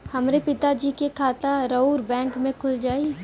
हमरे पिता जी के खाता राउर बैंक में खुल जाई?